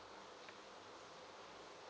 okay